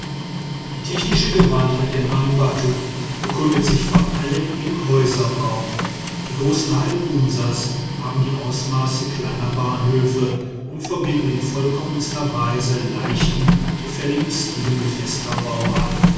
die technische gewandtheit der mangbattu bekundet sich vor allem im häuserbau die großen hallen munsas haben die ausmaße kleiner bahnhöfe und verbinden in vollkommenster weise leichten gefälligen stil mit fester bauart